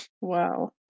Wow